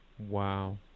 Wow